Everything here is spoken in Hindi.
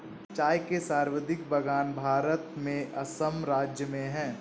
चाय के सर्वाधिक बगान भारत में असम राज्य में है